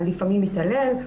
שלפעמים מתעלל,